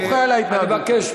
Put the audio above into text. אני מוחה על ההתנהגות שלך.